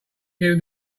giving